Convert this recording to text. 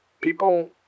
people